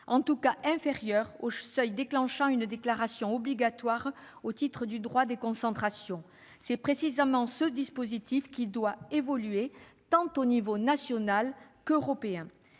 en tout cas inférieur au seuil de déclaration obligatoire au titre du droit des concentrations. C'est précisément ce dispositif qui doit évoluer, à l'échelon tant national qu'européen.